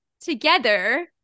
together